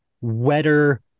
wetter